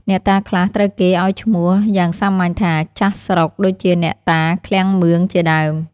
អ្នកតាខ្លះត្រូវគេឱ្យឈ្មោះយ៉ាងសាមញ្ញថា ចាស់ស្រុក ដូចជាអ្នកតាឃ្លាំងមឿង ជាដើម។